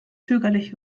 zögerlich